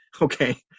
Okay